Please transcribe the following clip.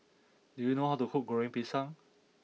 do you know how to cook Goreng Pisang